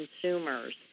consumers